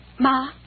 Ma